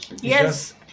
Yes